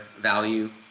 value